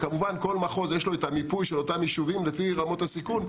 כמובן שלכל מחוז יש את המיפוי של אותם יישובים לפי רמות הסיכון,